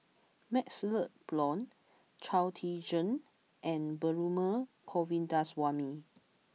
Maxle Blond Chao Tzee Cheng and Perumal Govindaswamy